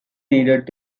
needed